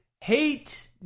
hate